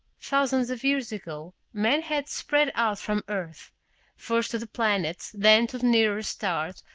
thousands of years ago, men had spread out from earth first to the planets, then to the nearer stars,